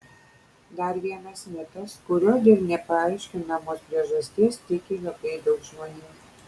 dar vienas mitas kuriuo dėl nepaaiškinamos priežasties tiki labai daug žmonių